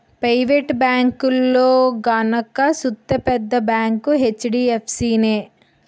private బేంకుల్లో గనక సూత్తే పెద్ద బేంకు హెచ్.డి.ఎఫ్.సి నే